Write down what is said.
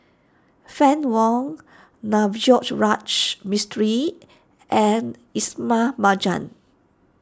Fann Wong Navroji Mistri and Ismail Marjan